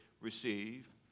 receive